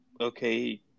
okay